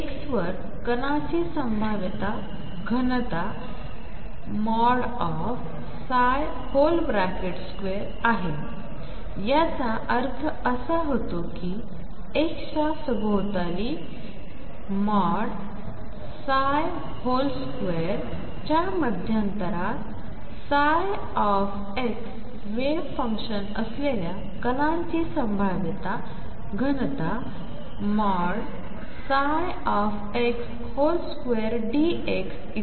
x वर कणाची संभाव्यता घनता 2 आहे याचा अर्थ असा होतो की x च्या सभोवताली 2 च्या मध्यांतरात ψ वेव्ह फंकशन असलेल्या कणांची संभाव्यता घनता ψ2Δx इतकी असेल